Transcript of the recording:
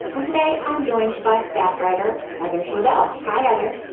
and today, i'm joined by staff writer heather sherwood l. hi, heather.